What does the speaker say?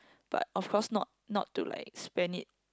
but of course not not to like spend it